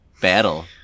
battle